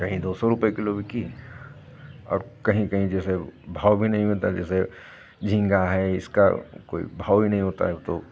कहीं दो सौ रुपए किलो बिकी और कहीं कहीं जैसे भाव भी नहीं मिलता जैसे झींगा है इसका कोई भाव ही नहीं होता है तो